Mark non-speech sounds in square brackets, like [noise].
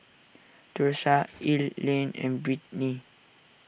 Thursa [noise] Ilene and Britni